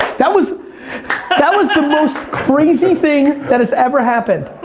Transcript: that was that was the most crazy thing that has ever happened.